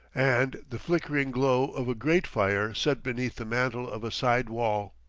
and the flickering glow of a grate-fire set beneath the mantel of a side-wall.